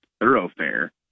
thoroughfare